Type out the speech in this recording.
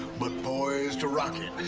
but poised to rocket.